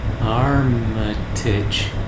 Armitage